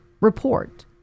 report